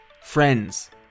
friends